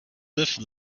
live